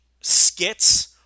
skits